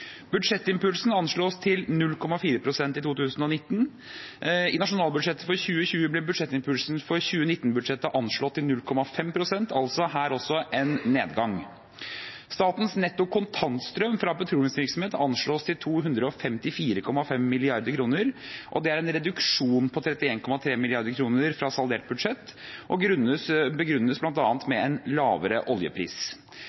Budsjettimpulsen anslås til 0,4 pst. i 2019. I nasjonalbudsjettet for 2020 blir budsjettimpulsen for 2019-budsjettet anslått til 0,5 pst., altså en nedgang også her. Statens netto kontantstrøm fra petroleumsvirksomhet anslås til 254,5 mrd. kr. Det er en reduksjon på 31,3 mrd. kr fra saldert budsjett, og det begrunnes